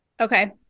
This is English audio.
Okay